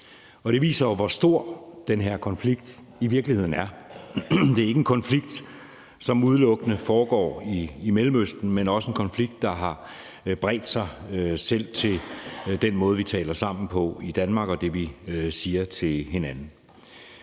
Det viser jo, hvor stor den her konflikt i virkeligheden er. Det er ikke en konflikt, som udelukkende foregår i Mellemøsten, men også en konflikt, der har bredt sig til selv den måde, vi taler sammen på i Danmark, og det, vi siger til hinanden.